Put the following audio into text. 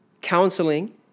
Counseling